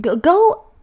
go